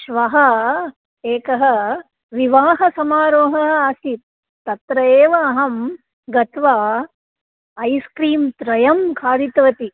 श्वः एकः विवाहसमारोहः आसीत् तत्र एव अहं गत्वा ऐस् क्रीं त्रयं खादितवती